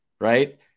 right